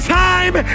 time